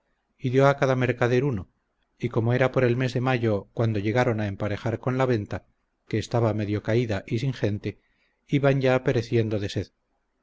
a cada mercader uno y como era por el mes de mayo cuando llegaron a emparejar con la venta que estaba medio caída y sin gente iban ya